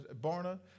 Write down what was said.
Barna